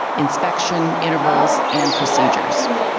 inspection intervals, and procedures.